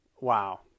Wow